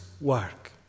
work